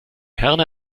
herne